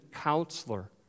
counselor